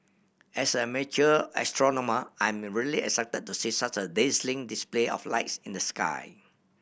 as amateur astronomer I am really excited to see such a dazzling display of lights in the sky